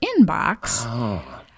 inbox